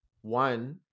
One